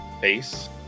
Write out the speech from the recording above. face